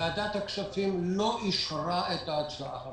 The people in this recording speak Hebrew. ועדת הכספים לא אישרה את ההצעה הזאת,